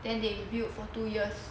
then they build for two years